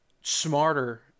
smarter